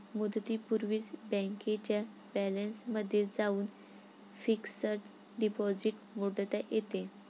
मुदतीपूर्वीच बँकेच्या बॅलन्समध्ये जाऊन फिक्स्ड डिपॉझिट मोडता येते